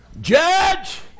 judge